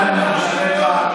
עכשיו אני אענה לך.